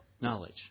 knowledge